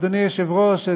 אדוני היושב-ראש,